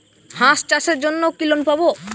হাঁস চাষের জন্য কি লোন পাব?